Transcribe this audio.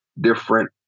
different